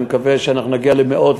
ואני מקווה שאנחנו נגיע למאות,